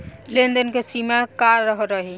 लेन देन के सिमा का रही?